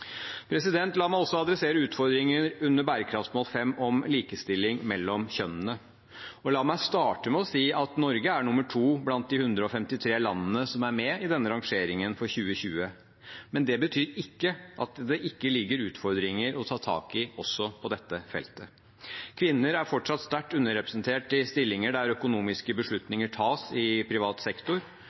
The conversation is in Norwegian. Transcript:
La meg også ta opp utfordringene under bærekraftsmål 5, om likestilling mellom kjønnene, og la meg starte med å si at Norge er nr. 2 blant de 153 landene som er med i denne rangeringen for 2020, men det betyr ikke at det ikke foreligger utfordringer å ta tak i også på dette feltet. I privat sektor er kvinner fortsatt sterkt underrepresentert i stillinger der økonomiske beslutninger tas. Blant konsernsjefene i